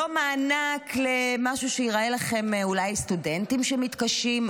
לא מענק למשהו שייראה לכם, אולי סטודנטים שמתקשים?